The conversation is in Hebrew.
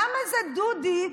למה זה, דודי,